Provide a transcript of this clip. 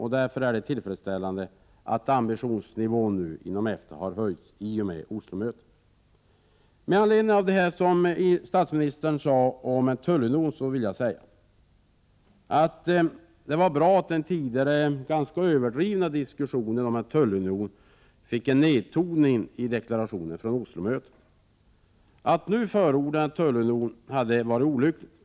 Därför är det tillfredsställande att ambitionsnivån hos EFTA har höjts till följd av Oslomötet. Jag vill med anledning av vad statsministern sade om en tullunion säga att det var bra att den tidigare, ganska överdrivna diskussionen om en tullunion blev nedtonad i deklarationer från Oslomötet. Att nu förorda en tullunion hade varit olyckligt.